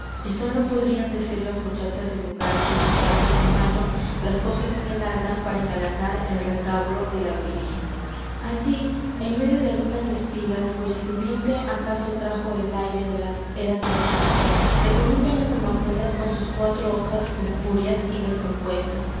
y sólo podrían decir las muchachas del lugar que en las tardes de mayo las cogen en el halda para engalanar el retablo de la virgen allí en medio de algunas espigas cuya simiente acaso trajo el aire de las eras cercanas se columpian las amapolas con sus cuatro hojas purpúreas y descompuestas